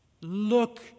Look